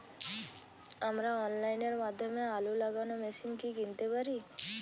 আমরা অনলাইনের মাধ্যমে আলু লাগানো মেশিন কি কিনতে পারি?